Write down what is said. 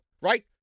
Right